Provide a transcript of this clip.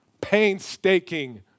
Painstaking